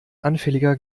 anfälliger